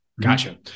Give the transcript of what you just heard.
Gotcha